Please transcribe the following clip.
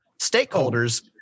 stakeholders